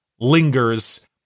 lingers